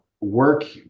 work